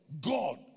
God